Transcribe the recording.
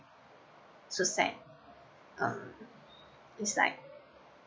so sad um it's like